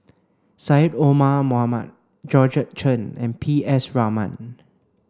Syed Omar Mohamed Georgette Chen and P S Raman